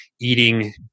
eating